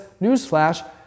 newsflash